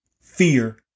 fear